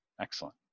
Excellent